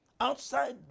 outside